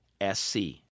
s-c